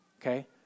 Okay